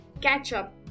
ketchup